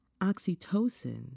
oxytocin